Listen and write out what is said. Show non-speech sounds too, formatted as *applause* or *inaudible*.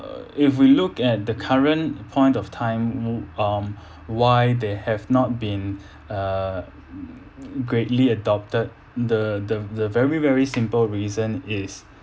err if we look at the current point of time w~ um why they have not been *breath* uh greatly adopted the the the very very simple reason is